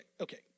okay